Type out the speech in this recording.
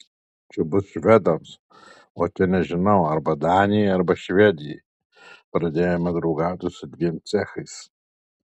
čia bus švedams o čia nežinau arba danijai arba švedijai pradėjome draugauti su dviem cechais